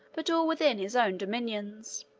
but all within his own dominions.